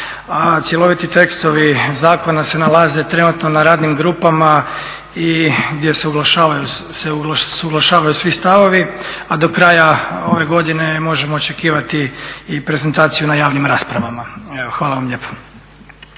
cjeloviti tekstovi zakona se nalaze trenutno na radnim grupama i gdje se usuglašavaju svi stavovi a do kraja ove godine možemo očekivati i prezentaciju na javnim raspravama. Evo hvala vam lijepa.